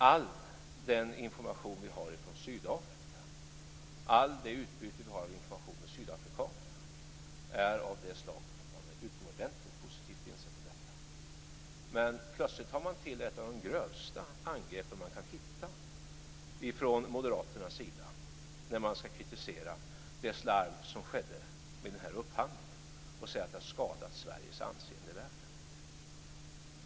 All den information vi har från Sydafrika och allt det utbyte av information som vi har med sydafrikanerna är av det slaget att man är utomordentligt positivt inställd till detta. Men plötsligt tar man till ett av de grövsta angreppen man kan hitta från Moderaternas sida när man ska kritisera det slarv som skedde med den här upphandlingen och säger att det har skadat Sveriges anseende i världen.